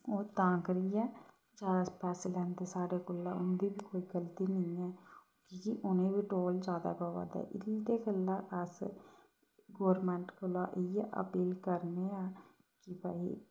ओह् तां करियै ज्यादा पैसे लैंदे साढे कोला हून उं'दी कोई गलती नेईं ऐ की जे उ'नें बी टोल ज्यादा पवा दा ऐ एह्दे गल्ला अस गोरमैंट कोला इ'यै अपील करने आं कि भाई